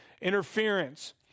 interference